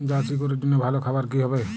Jersey গরুর জন্য ভালো খাবার কি হবে?